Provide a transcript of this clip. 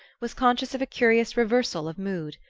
was conscious of a curious reversal of mood.